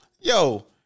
Yo